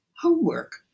homework